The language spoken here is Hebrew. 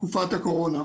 תקופת הקורונה.